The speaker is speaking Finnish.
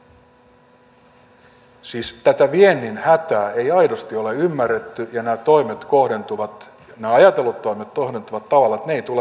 siis tätä viennin hätää ei aidosti ole ymmärretty ja nämä ajatellut toimet kohdentuvat tavalla jolla ne eivät tule tätä ratkaisemaan